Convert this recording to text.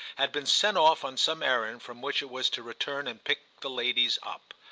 had been sent off on some errand from which it was to return and pick the ladies up.